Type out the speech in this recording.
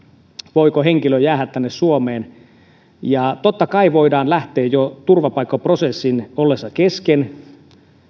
voiko henkilö jäädä tänne suomeen totta kai voidaan lähteä jo turvapaikkaprosessin ollessa kesken